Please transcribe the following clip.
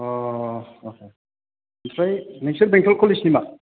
अ ओमफ्राय नोंसोर बेंटल खलेसनि मार